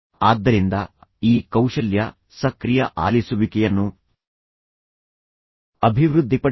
ಆದ್ದರಿಂದ ಈ ಕೌಶಲ್ಯ ಸಕ್ರಿಯ ಆಲಿಸುವಿಕೆಯನ್ನು ಅಭಿವೃದ್ಧಿಪಡಿಸಿ